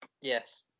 Yes